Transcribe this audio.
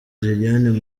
lilian